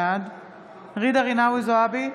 בעד ג'ידא רינאוי-זועבי,